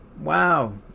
Wow